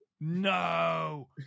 No